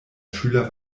schüler